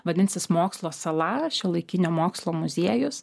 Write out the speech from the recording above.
vadinsis mokslo sala šiuolaikinio mokslo muziejus